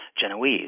Genoese